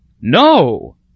No